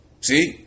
See